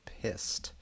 pissed